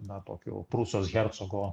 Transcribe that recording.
na tokiu prūsijos hercogo